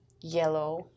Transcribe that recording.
yellow